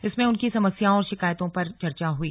इसमें उनकी समस्याओं और शिकायतों पर चर्चा हुई